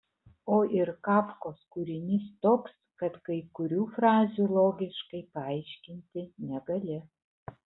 o ir kafkos kūrinys toks kad kai kurių frazių logiškai paaiškinti negali